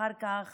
אחר כך